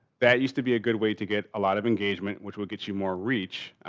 that used to be a good way to get a lot of engagement which will get you more reach.